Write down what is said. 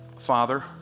Father